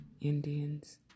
Indians